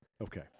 Okay